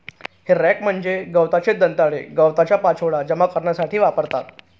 हे रॅक म्हणजे गवताचे दंताळे गवताचा पाचोळा जमा करण्यासाठी वापरतात